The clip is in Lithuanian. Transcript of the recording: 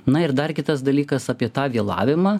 na ir dar kitas dalykas apie tą vėlavimą